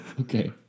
Okay